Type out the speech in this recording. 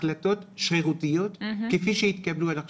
החלטות שרירותיות כפי שהתקבלו עד עכשיו.